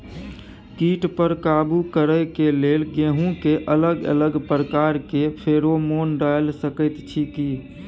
कीट पर काबू करे के लेल गेहूं के अलग अलग प्रकार के फेरोमोन डाल सकेत छी की?